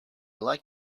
like